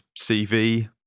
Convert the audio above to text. CV